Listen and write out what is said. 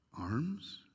arms